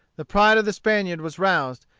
the pride of the spaniard was roused,